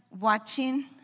watching